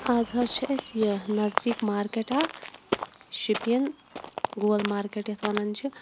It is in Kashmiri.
آز حظ چھِ اَسہِ یہِ نزدیٖک مارکیٹ اَکھ شُپیَن گول مارکیٹ یَتھ وَنان چھِ